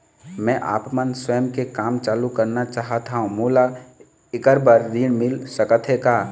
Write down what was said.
मैं आपमन स्वयं के काम चालू करना चाहत हाव, मोला ऐकर बर ऋण मिल सकत हे का?